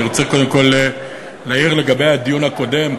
אני רוצה קודם כול להעיר לגבי הדיון הקודם.